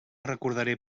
recordaré